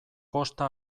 kosta